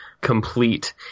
complete